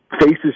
Faces